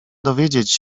dowiedzieć